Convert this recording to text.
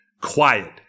Quiet